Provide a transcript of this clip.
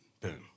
Boom